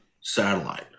satellite